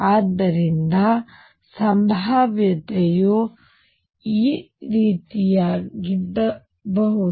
ಆದ್ದರಿಂದ ಸಂಭಾವ್ಯತೆಯು ಈ ರೀತಿಯದ್ದಾಗಿರಬಹುದು